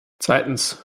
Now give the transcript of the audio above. zweitens